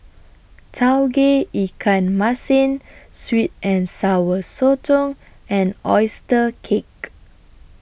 Tauge Ikan Masin Sweet and Sour Sotong and Oyster Cake